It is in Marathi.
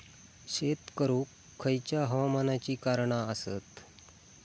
शेत करुक खयच्या हवामानाची कारणा आसत?